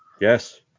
Yes